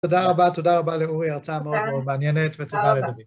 תודה רבה, תודה רבה לאורי, הרצאה מאוד מאוד מעניינת, ותודה לדבי.